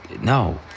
No